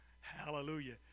Hallelujah